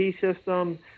system